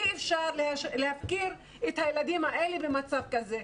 אי אפשר להפקיר את הילדים האלה במצב כזה,